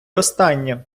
останнє